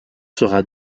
sera